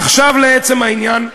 עכשיו לעצם העניין.